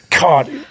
God